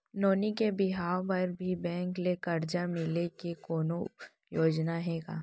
नोनी के बिहाव बर भी बैंक ले करजा मिले के कोनो योजना हे का?